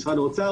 משרד האוצר,